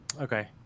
okay